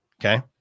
Okay